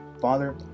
Father